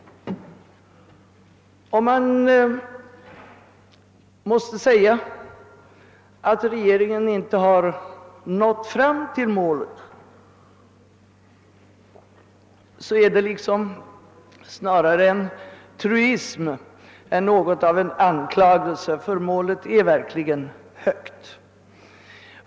Om man måste säga att regeringen inte har nått fram till målet är det snarare en truism än en anklagelse, ty målet är verkligen högt.